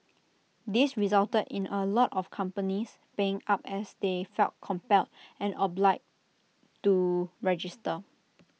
this resulted in A lot of companies paying up as they felt compelled and obliged to register